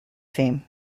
fame